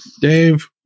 Dave